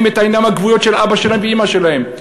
את העיניים הכבויות של אבא שלהם ואימא שלהם.